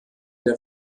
der